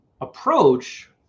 approach